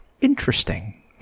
Interesting